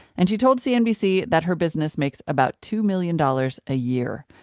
and she told cnbc that her business makes about two million dollars a year.